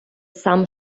сам